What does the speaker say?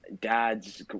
dad's